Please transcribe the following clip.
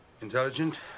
Intelligent